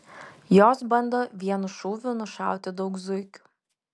jos bando vienu šūviu nušauti daug zuikių